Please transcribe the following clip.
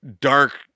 dark